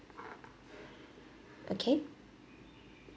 okay